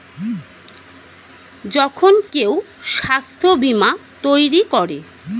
যখন কেউ স্বাস্থ্য বীমা তৈরী করে